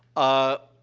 ah,